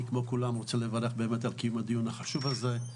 אני כמו כולם רוצה לברך על קיום הדיון החשוב הזה.